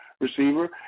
receiver